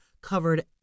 covered